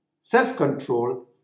self-control